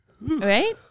Right